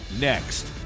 Next